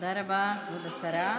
תודה רבה, כבוד השרה.